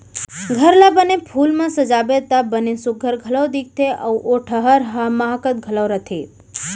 घर ला बने फूल म सजाबे त बने सुग्घर घलौ दिखथे अउ ओ ठहर ह माहकत घलौ रथे